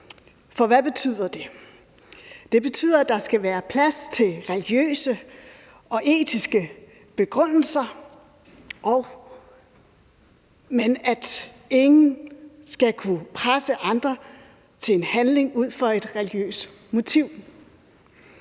For hvad betyder det? Det betyder, at der skal være plads til religiøse og etiske begrundelser, men at ingen skal kunne presse andre til en handling ud fra et religiøst motiv.